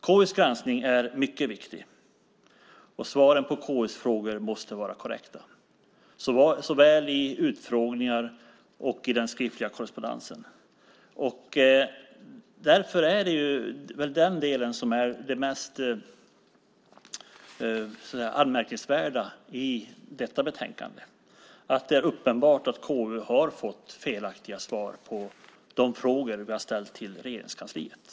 KU:s granskning är mycket viktig, och svaren på KU:s frågor måste vara korrekta såväl i utfrågningar som i den skriftliga korrespondensen. Det är den delen som är det mest anmärkningsvärda. Det är uppenbart att KU har fått felaktiga svar på de frågor som vi har ställt till Regeringskansliet.